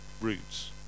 roots